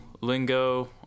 lingo